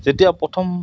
যেতিয়া প্ৰথম